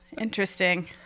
Interesting